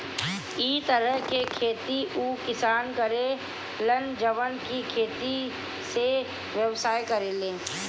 इ तरह के खेती उ किसान करे लन जवन की खेती से व्यवसाय करेले